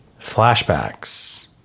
Flashbacks